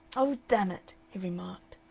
oh, dammit! he remarked,